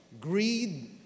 greed